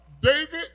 David